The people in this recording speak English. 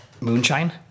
moonshine